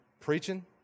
preaching